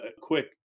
quick